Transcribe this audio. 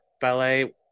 ballet